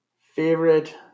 Favorite